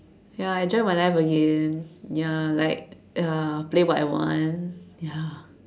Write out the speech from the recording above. ya enjoy my life again ya like uh play what I want ya